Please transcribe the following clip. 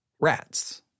rats